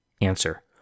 Answer